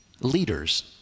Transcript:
leaders